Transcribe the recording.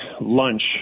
lunch